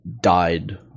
died